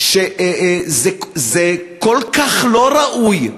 זה כל כך לא ראוי,